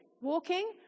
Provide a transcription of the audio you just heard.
walking